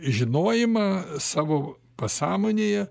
žinojimą savo pasąmonėje